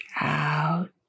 out